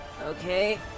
Okay